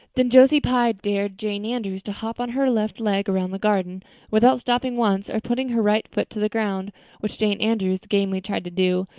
then josie pye dared jane andrews to hop on her left leg around the garden without stopping once or putting her right foot to the ground which jane andrews gamely tried to do,